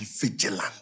vigilant